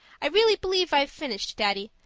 i really believe i've finished, daddy.